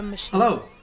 Hello